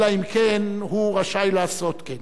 אלא אם כן הוא רשאי לעשות כן.